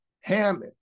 Ham